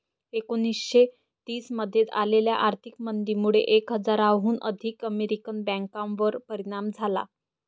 एकोणीसशे तीस मध्ये आलेल्या आर्थिक मंदीमुळे एक हजाराहून अधिक अमेरिकन बँकांवर परिणाम झाला